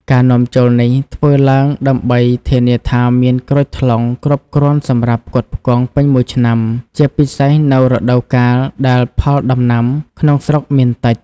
ការនាំចូលនេះធ្វើឡើងដើម្បីធានាថាមានក្រូចថ្លុងគ្រប់គ្រាន់សម្រាប់ផ្គត់ផ្គង់ពេញមួយឆ្នាំ ជាពិសេសនៅរដូវកាលដែលផលដំណាំក្នុងស្រុកមានតិច។